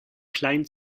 klein